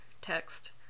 text